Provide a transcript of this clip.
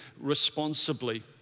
responsibly